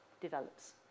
develops